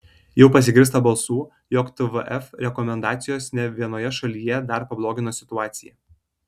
jau pasigirsta balsų jog tvf rekomendacijos ne vienoje šalyje dar pablogino situaciją